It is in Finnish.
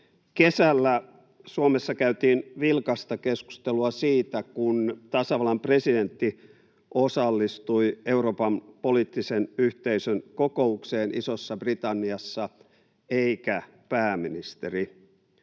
Kesällä Suomessa käytiin vilkasta keskustelua siitä, kun tasavallan presidentti eikä pääministeri osallistui Euroopan poliittisen yhteisön kokoukseen Isossa-Britanniassa, ja herätti